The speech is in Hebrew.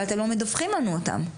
אבל אתם לא מדווחים לנו אותן.